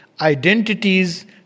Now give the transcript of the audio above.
Identities